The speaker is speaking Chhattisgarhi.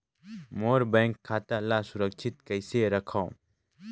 मोर बैंक खाता ला सुरक्षित कइसे रखव?